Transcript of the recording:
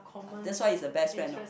that's why is a best friend lor